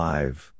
Live